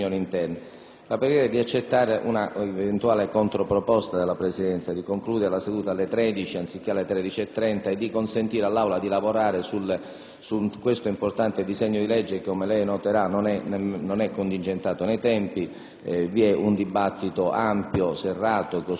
La pregherei di accettare la controproposta della Presidenza di concludere la seduta alle ore 13, anziché alle 13,30, e consentire all'Aula di lavorare su questo importante disegno di legge che - come lei noterà - non è contingentato nei tempi. Vi è un dibattito ampio, serrato e costruttivo